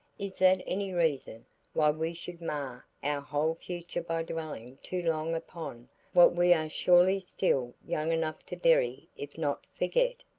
is that any reason why we should mar our whole future by dwelling too long upon what we are surely still young enough to bury if not forget?